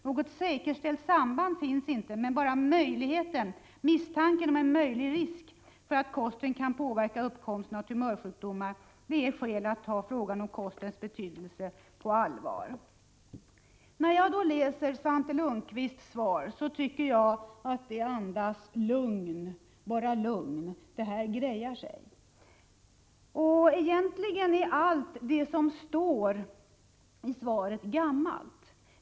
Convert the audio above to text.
Något säkerställt samband finns inte, men bara misstanken om en möjlig risk för att kosten kan påverka uppkomsten av tumörsjukdomar är skäl nog att ta frågan om kostens betydelse på allvar. När jag läser Svante Lundkvists svar tycker jag att det andas lugn, bara lugn. Det här grejar sig. Och egentligen är allt det som står i svaret gammalt.